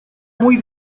muy